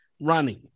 running